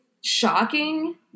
shocking